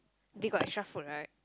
they got extra food right